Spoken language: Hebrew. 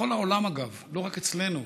בכל העולם אגב, לא רק אצלנו,